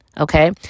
okay